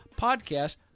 podcast